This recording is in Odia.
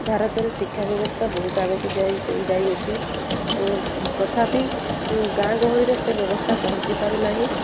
ଭାରତରେ ଶିକ୍ଷା ବ୍ୟବସ୍ଥା ବହୁତ ଆଗକୁ ଯାଇଅଛି ତଥାପି ଗାଁ ଗହଳିରେ ସେ ବ୍ୟବସ୍ଥା ପହଞ୍ଚି ପାରୁନାହିଁ